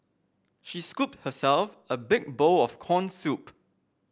she scooped herself a big bowl of corn soup